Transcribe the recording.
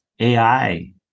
AI